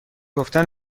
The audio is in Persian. گفتن